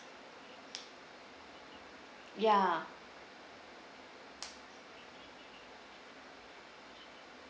ya